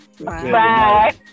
Bye